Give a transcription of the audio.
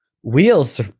wheels